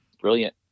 brilliant